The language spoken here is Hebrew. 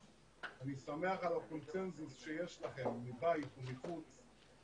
אני שמח על הקונצנזוס שיש לכם מבית ומחוץ.